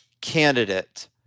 Candidate